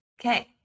Okay